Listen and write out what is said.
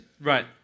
right